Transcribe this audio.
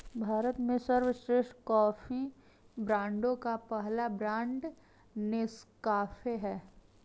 भारत में सर्वश्रेष्ठ कॉफी ब्रांडों का पहला ब्रांड नेस्काफे है